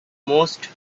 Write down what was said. most